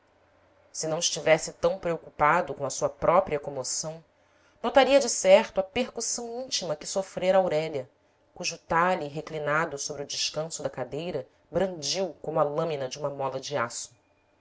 se não estivesse tão preocupado com a sua própria comoção notaria de certo a percussão íntima que sofrera aurélia cujo talhe reclinado sobre o descanso da cadeira brandiu como a lâmina de uma mola de aço